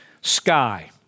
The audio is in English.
sky